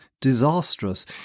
disastrous